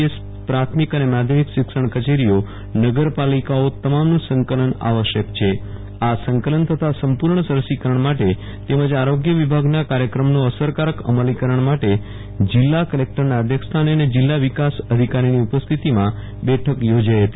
S પ્રાથમિક અને માધ્યમિક શિક્ષણ કચેરીઓ નગરપાલિકાઓ તમામનું સંકલન આવશ્યક છે આ સંકલન તથા સંપૂર્ણ રસીકરણ માટે તેમજ આરોગ્ય વિભાગના કાર્યક્રમનો અસરકારક અમલીકરણ માટે જિલ્લા કલેકટરના અધ્યક્ષ સ્થાને અને જીલ્લા વિકાસ અધિકારીની ઉપસ્થિતીમાં બેઠક યોજાઈ હતી